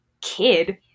kid